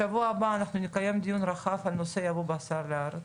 בשבוע הבא אנחנו נקיים דיון רחב על נושא יבוא הבשר לארץ,